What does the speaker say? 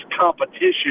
competition